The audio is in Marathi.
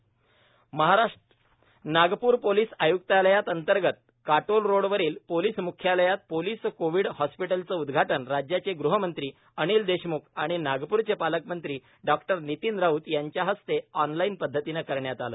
police Covid hospital Nagpur police आय्क्तालयात अंतर्गत काटोल रोड वरील पोलिस म्ख्यालयात पोलीस कोविड हॉस्पिटलचे उदघाटन राज्याचे गृहमंत्री अनिल देशम्ख आणि नागपूरचे पालकमंत्री डॉक्टर नितीन राऊत यांच्या हस्ते ऑनलाइन पद्धतीने करण्यात आले